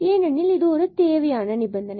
ஏனெனில் இது ஒரு தேவையான நிபந்தனை